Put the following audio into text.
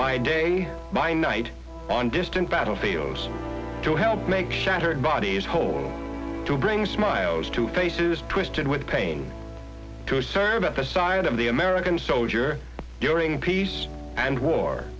by day by night on distant battlefields to help make shattered bodies home to bring smiles to faces twisted with pain to serve as a sign of the american soldier during peace and war